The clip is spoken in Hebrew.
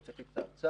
הוצאתי צו.